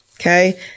okay